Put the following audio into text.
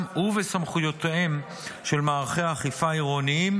ובסמכויותיהם של מערכי האכיפה העירוניים,